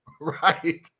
Right